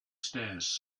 stairs